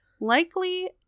Likely